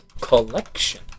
Collection